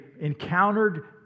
encountered